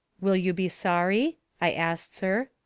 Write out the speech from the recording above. will you be sorry? i asts her.